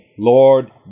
Lord